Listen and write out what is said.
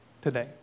today